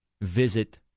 visit